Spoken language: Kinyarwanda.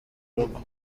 rugo